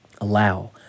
Allow